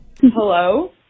Hello